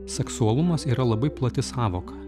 seksualumas yra labai plati sąvoka